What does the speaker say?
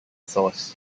source